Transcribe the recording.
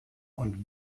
und